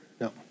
No